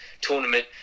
tournament